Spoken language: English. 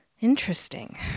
Interesting